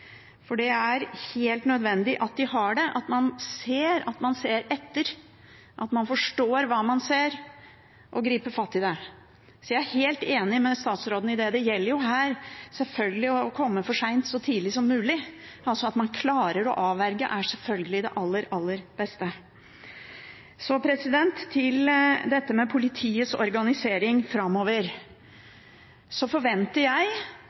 for det er helt nødvendig at de har det. Man må se etter, forstå hva man ser og gripe fatt i det. Så jeg er helt enig med statsråden i det. Det gjelder å komme for seint så tidlig som mulig, men at man klarer å avverge, er sjølsagt det aller beste. Til dette med politiets organisering framover: Jeg forventer